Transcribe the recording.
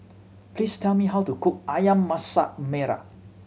please tell me how to cook Ayam Masak Merah